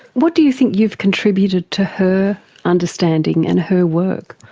what do you think you've contributed to her understanding and her work?